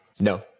No